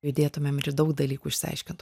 judėtumėm ir daug dalykų išsiaiškint